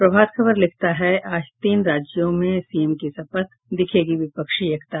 प्रभात खबर लिखता है आज तीन राज्यों में सीएम की शपथ दिखेगी विपक्षी एकता